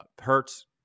Hurts